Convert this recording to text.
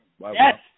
Yes